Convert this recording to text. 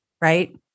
right